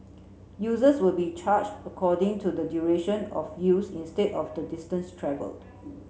users will be charge according to the duration of use instead of the distance travelled